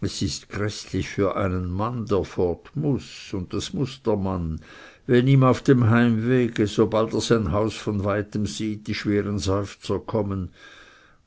es ist gräßlich für einen mann der fort muß und das muß der mann wenn ihm auf dem heimwege sobald er sein haus von weitem sieht die schweren seufzer kommen